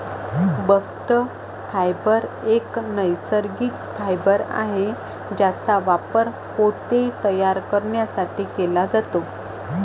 bast fibre एक नैसर्गिक fibre आहे ज्याचा वापर पोते तयार करण्यासाठी केला जातो